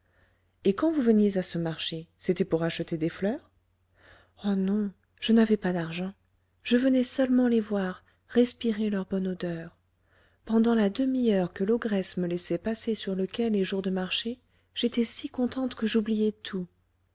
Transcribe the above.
et quand vous veniez à ce marché c'était pour acheter des fleurs oh non je n'avais pas d'argent je venais seulement les voir respirer leur bonne odeur pendant la demi-heure que l'ogresse me laissait passer sur le quai les jours de marché j'étais si contente que j'oubliais tout